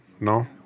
no